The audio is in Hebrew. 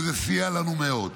וזה סייע לנו מאוד.